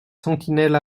sentinelles